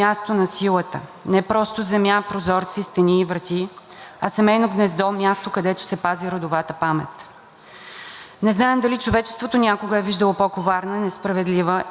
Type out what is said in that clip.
Не знаем дали човечеството някога е виждало по-коварна, несправедлива и неоправдана война от тази, но от 24 февруари ние не живеем – някои в буквалния смисъл.